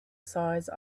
size